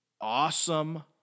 awesome